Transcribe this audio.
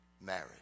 Marriage